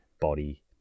body